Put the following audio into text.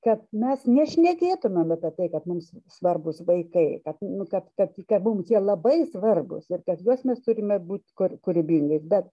kad mes nešnekėtumėm apie tai kad mums svarbūs vaikai kad nu kad kad mum labai svarbūs ir kad juos mes turime būt kur kūrybingais bet